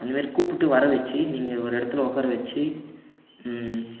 அந்தமாதிரி கூப்பிட்டு வர வச்சி நீங்கள் ஒரு இடத்துல உக்கார வச்சி